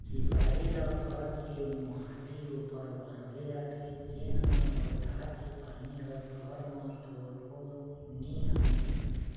झिपारी ल घर के मोहाटी ऊपर बांधे जाथे जेन मा बरसात के पानी ह घर म थोरको नी हमाय